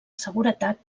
seguretat